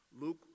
Luke